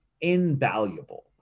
invaluable